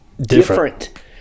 Different